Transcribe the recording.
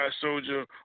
Soldier